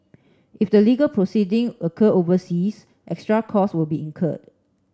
if the legal proceeding occur overseas extra costs will be incurred